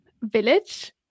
village